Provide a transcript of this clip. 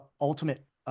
ultimate